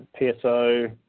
PSO